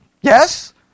Yes